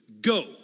Go